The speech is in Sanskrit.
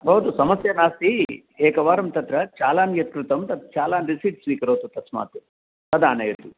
भवतु समस्या नास्ति एकवारं तत्र चालान् यत्कृतं तत् चालान् रिसीट् स्वीकरोतु तस्मात् तदानयतु